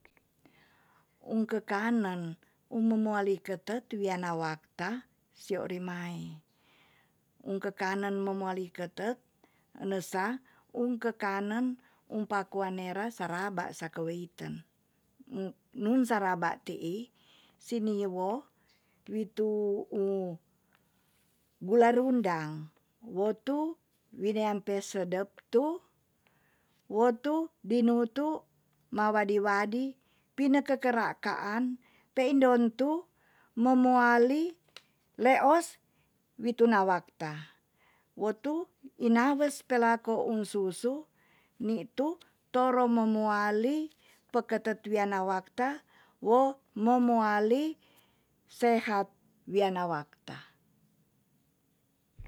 Ung kekanen ung momoali ketet wiana wakta sio rimae ung kekanen momoali ketet enesa ung kekanen um pakua nera saraba saka weiten nun saraba tii sini wo witu u gula rundang wotu wineam pe sedep tu wotu dinutu ma wadi wadi pine kekera kaan peindon tu momoali leos wi tuna wakta wotu ina wes pelako un susu nitu toro momoali pe ketet wiana wakta wo momoali sehat wiana wakta